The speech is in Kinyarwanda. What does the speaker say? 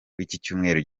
w’icyumweru